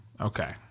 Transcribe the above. Okay